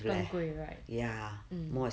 更贵 right mm